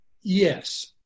Yes